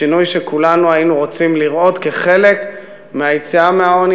שינוי שכולנו היינו רוצים לראות כחלק מהיציאה מהעוני,